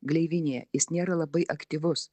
gleivinėje jis nėra labai aktyvus